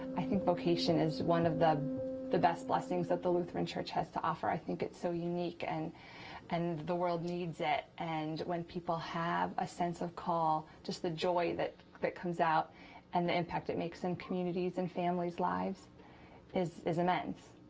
i think vocation is one of the the best blessings that the lutheran church has to offer. i think it's so unique, and and the world needs it, and when people have a sense of call, just the joy that that comes out and the impact it makes in communities and families' lives is is immense.